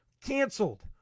canceled